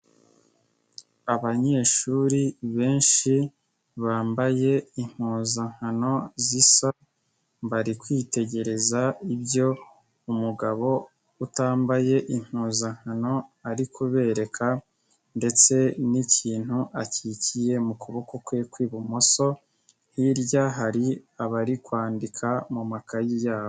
Abanyeshuri benshi bambaye impuzankano zisa, bari kwitegereza ibyo umugabo utambaye impuzankano ari kubereka, ndetse n'ikintu akikiye mu kuboko kwe kw'ibumoso, hirya hari abari kwandika mu makayi yabo.